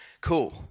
Cool